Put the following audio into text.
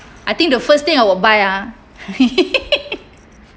I think the first thing I will buy ah